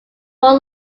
more